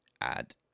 add